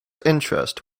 interest